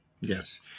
Yes